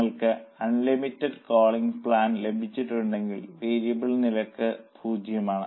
നിങ്ങൾക്ക് unlimited calling plan ലഭിച്ചിട്ടുണ്ടെങ്കിൽ variable നിരക്ക് 0 ആണ്